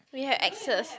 we had axes